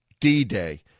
D-Day